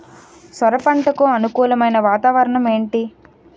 సొర పంటకు అనుకూలమైన వాతావరణం ఏంటి?